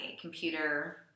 computer